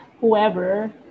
whoever